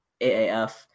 AAF